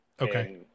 Okay